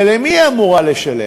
ולמי היא אמורה לשלם?